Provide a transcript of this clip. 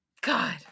God